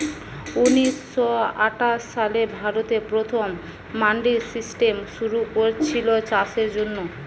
ঊনিশ শ আঠাশ সালে ভারতে প্রথম মান্ডি সিস্টেম শুরু কোরেছিল চাষের জন্যে